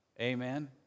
Amen